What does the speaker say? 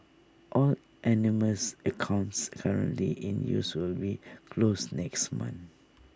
all anonymous accounts currently in use will be closed next month